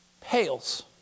Pales